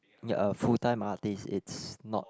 ya a full time artiste it's not